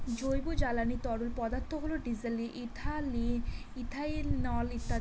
জৈব জ্বালানি তরল পদার্থ হল ডিজেল, ইথানল ইত্যাদি